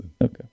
Okay